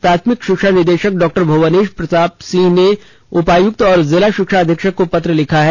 प्राथमिक शिक्षा निदेशक डॉ भुवनेश प्रताप सिंह ने उपायुक्त और जिला शिक्षा अधीक्षक को पंत्र लिखा है